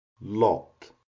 lot